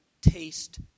taste